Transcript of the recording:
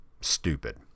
stupid